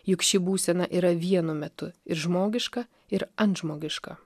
juk ši būsena yra vienu metu ir žmogiška ir antžmogiška